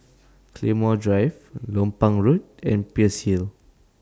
Claymore Drive Lompang Road and Peirce Hill